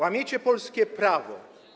Łamiecie polskie prawo.